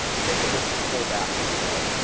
take a look at the full bath here, you guys.